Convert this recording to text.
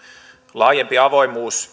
laajempi avoimuus